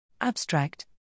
Abstract